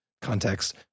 context